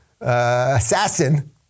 assassin